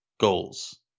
goals